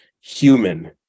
human